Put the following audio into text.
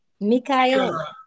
Mikhail